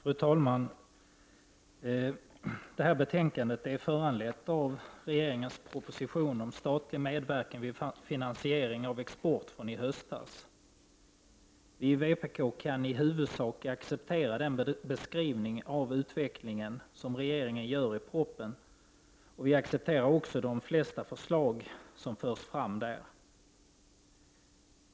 Fru talman! Detta betänkande är föranlett av regeringens proposition från i höstas om statlig medverkan vid finansiering av export. Vi i vpk kan i huvudsak acceptera den beskrivning av utvecklingen som regeringen gör i propositionen. Vi accepterar också de flesta förslag som förs fram där.